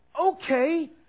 okay